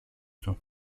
του